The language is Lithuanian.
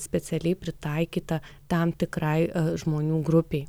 specialiai pritaikytą tam tikrai žmonių grupei